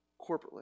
corporately